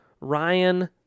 Ryan